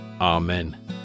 Amen